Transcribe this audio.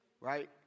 right